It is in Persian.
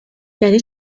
یعنی